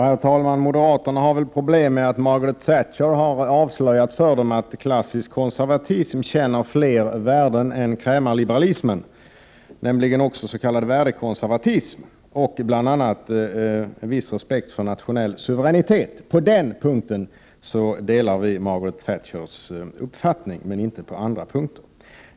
Herr talman! Moderaterna har väl problem nu när Margaret Thatcher har avslöjat för dem att klassisk konservatism tjänar fler värden än krämarliberalismen. Det gäller nämligen också s.k. värdekonservatism och bl.a. viss respekt för nationell suveränitet. På den punkten delar vi Margaret Thatchers uppfattning, men inte på andra punkter.